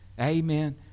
Amen